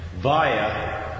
via